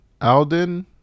Alden